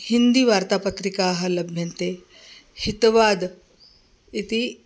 हिन्दीवार्तापत्रिकाः लभ्यन्ते हितवाद् इति